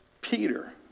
Peter